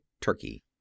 Turkey